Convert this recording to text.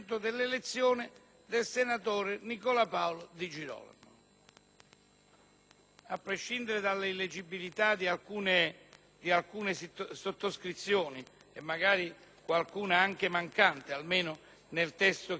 A prescindere della illeggibilità di alcune sottoscrizioni, magari qualcuna anche mancante, almeno nel testo che ho in mano fotocopiato - gli Uffici avranno